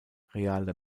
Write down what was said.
reale